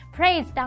Praise